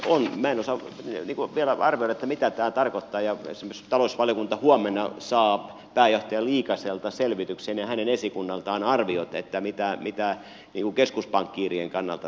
minä en osaa vielä arvioida mitä tämä tarkoittaa ja esimerkiksi talousvaliokunta huomenna saa pääjohtaja liikaselta selvityksen ja hänen esikunnaltaan arviot mitä tämä merkitsee keskuspankkiirien kannalta